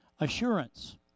assurance